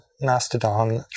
mastodon